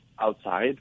outside